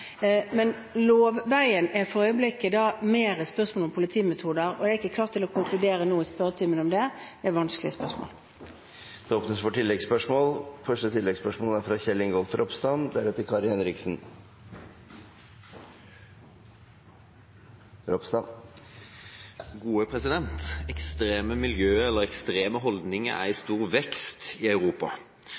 Men lovveien er for øyeblikket mer et spørsmål om politimetoder, og jeg er ikke klar til å konkludere om det nå i spørretimen. Det er vanskelige spørsmål. Det åpnes for oppfølgingsspørsmål – først Kjell Ingolf Ropstad. Ekstreme miljøer, eller ekstreme holdninger, er i stor vekst i Europa.